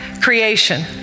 creation